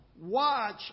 watch